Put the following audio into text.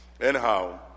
anyhow